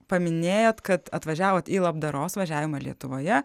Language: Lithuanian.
paminėjot kad atvažiavot į labdaros važiavimą lietuvoje